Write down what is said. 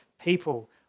people